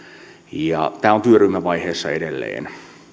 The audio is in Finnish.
tämä on työryhmävaiheessa edelleen